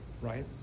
right